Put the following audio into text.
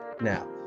now